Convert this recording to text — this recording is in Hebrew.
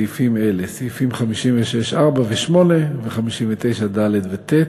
סעיפים אלה: סעיפים 56(4) ו-(8) ו-59(ד) ו-(ט)